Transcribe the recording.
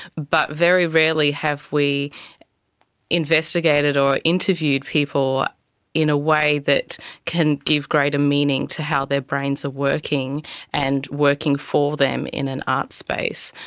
but very rarely have we investigated or interviewed people in a way that can give greater meaning to how their brains are working and working for them in an art space.